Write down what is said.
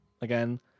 again